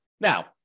Now